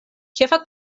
ĉefa